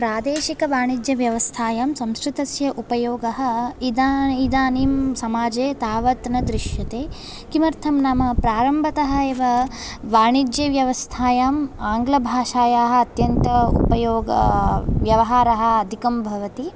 प्रादेशिकवाणिज्यव्यवस्थायां संस्कृतस्य उपयोगः इदा इदानीं समाजे तावत् न दृश्यते किमर्थं नाम प्रारम्भतः एव वाणिज्यव्यवस्थायाम् आङ्गलभाषायाः अत्यन्त उपयोग व्यवहारः अधिकं भवति